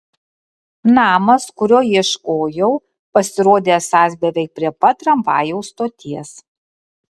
namas kurio ieškojau pasirodė esąs beveik prie pat tramvajaus stoties